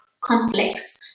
complex